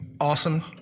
awesome